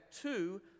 two